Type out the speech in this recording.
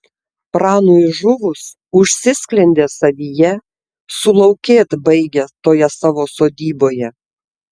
pranui žuvus užsisklendė savyje sulaukėt baigia toje savo sodyboje